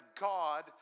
God